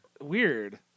weird